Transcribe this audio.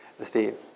Steve